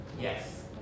yes